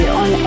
on